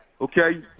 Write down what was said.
okay